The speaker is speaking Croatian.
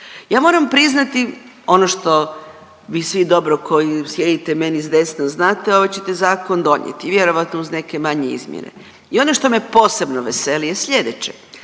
Ja moram priznati ono što vi svi dobro koji sjedite meni s desna znate ovaj ćete zakon donijeti vjerojatno uz neke manje izmjene i ono što me posebno veseli je slijedeće.